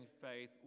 faith